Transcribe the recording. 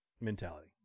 mentality